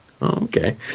Okay